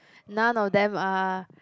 none of them are